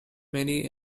many